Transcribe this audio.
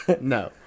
No